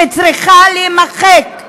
שצריכה להימחק,